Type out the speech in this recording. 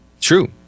true